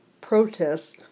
protests